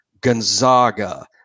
Gonzaga